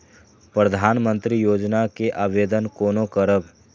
प्रधानमंत्री योजना के आवेदन कोना करब?